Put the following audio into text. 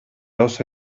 ossa